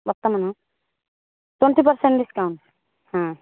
ବର୍ତ୍ତମାନ twenty percent discount ହଁ